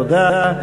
תודה.